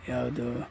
ಯಾವುದು